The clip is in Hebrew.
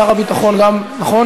שר הביטחון גם, נכון?